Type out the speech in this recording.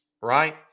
right